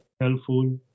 helpful